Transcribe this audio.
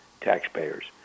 taxpayers